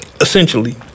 Essentially